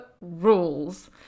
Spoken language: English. rules